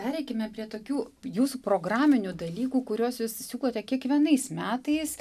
pereikime prie tokių jūsų programinių dalykų kuriuos jūs siūlote kiekvienais metais